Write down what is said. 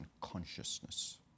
Consciousness